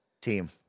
Team